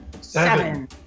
Seven